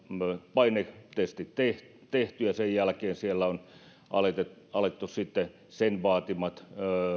painetestit tehty tehty ja sen jälkeen siellä on aloitettu aloitettu tekemään sen vaatimat